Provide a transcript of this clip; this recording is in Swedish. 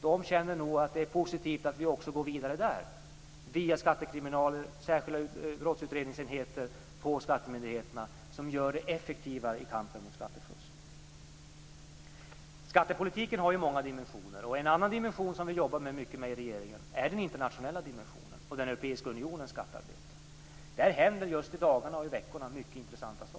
De känner nog att det är positivt att vi också där går vidare via skattekriminaler och särskilda brottsutredningsenheter på skattemyndigheterna som gör kampen mot skattefusk effektivare. Skattepolitiken har många dimensioner. En annan dimension som vi jobbar mycket med i regeringen är den internationella dimensionen och den europeiska unionens skattearbete. Där händer just i dagarna och i veckorna mycket intressanta saker.